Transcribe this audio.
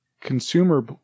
consumer